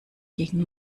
gegen